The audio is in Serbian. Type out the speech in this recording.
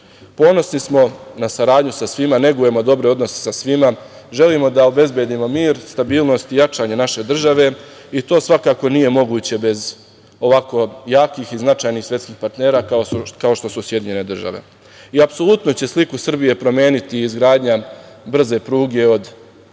sferama. Ponosni smo na saradnju sa svima, negujemo dobre odnose sa svima, želimo da obezbedimo mir, stabilnost i jačanje naše države. To svakako nije moguće bez ovako jakih i značajnih svetskih partnera kao što su SAD. Apsolutno će sliku Srbije promeniti izgradnja brze pruge od Beograda